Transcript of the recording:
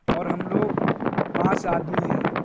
اور ہم لوگ پانچ آدمی ہیں